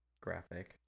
graphic